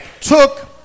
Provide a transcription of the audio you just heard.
took